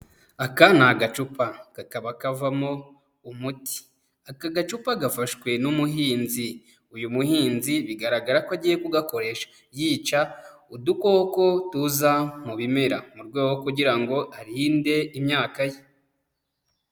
Aka ni agacupa kakaba kavamo umuti. Aka gacupa gafashwe n'umuhinzi. Uyu muhinzi bigaragara ko agiye kugakoresha yica udukoko tuza mu bimera. Mu rwego rwo kugira ngo arinde imyaka ye.